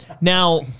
Now